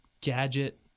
gadget